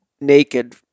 naked